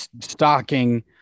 stocking